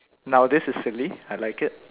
now this is silly I like it